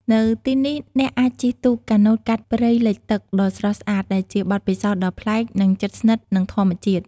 នៅទីនេះ អ្នកអាចជិះទូកកាណូតកាត់ព្រៃលិចទឹក ដ៏ស្រស់ស្អាត ដែលជាបទពិសោធន៍ដ៏ប្លែក និងជិតស្និទ្ធនឹងធម្មជាតិ។